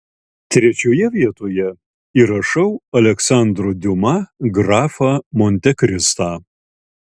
trečioje vietoje įrašau aleksandro diuma grafą montekristą